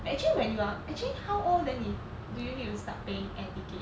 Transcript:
actually when you are actually how old then 你 do you need to start paying air ticket